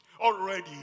already